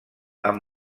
amb